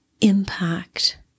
impact